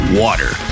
water